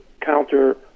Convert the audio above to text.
counter